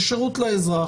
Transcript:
זה שירות לאזרח,